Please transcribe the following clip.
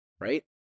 Right